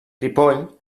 ripoll